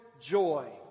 joy